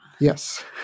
Yes